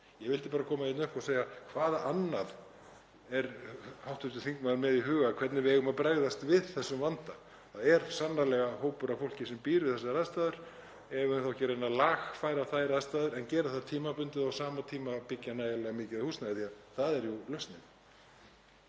ég vildi bara koma hingað upp og segja: Hvað annað er hv. þingmaður með í huga um hvernig við eigum að bregðast við þessum vanda? Það er sannarlega hópur af fólki sem býr við þessar aðstæður. Eigum við þá ekki að reyna að lagfæra þær aðstæður en gera það tímabundið og á sama tíma byggja nægjanlega mikið húsnæði, því að það er jú lausnin?